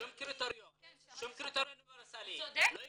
שום קריטריון אוניברסלי, לא יקצצו,